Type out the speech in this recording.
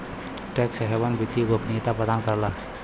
tax haven वित्तीय गोपनीयता प्रदान करला